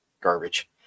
garbage